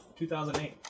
2008